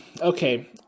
Okay